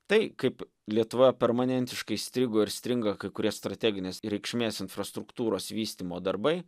tai kaip lietuvoje permanentiškai strigo ir stringa kai kurie strateginės reikšmės infrastruktūros vystymo darbai